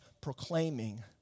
proclaiming